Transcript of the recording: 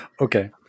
Okay